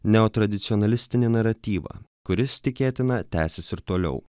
neotradicionalistinį naratyvą kuris tikėtina tęsis ir toliau